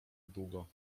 długo